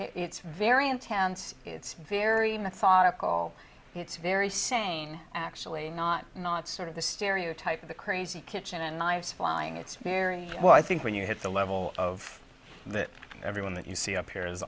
it's very intense it's very methodical it's very sane actually not not sort of the stereotype of the crazy kitchen and knives flying it's very well i think when you hit the level of that everyone that you see up here is